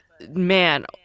man